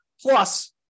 Plus